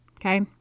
okay